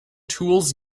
tools